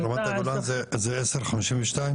הגולן, 1052,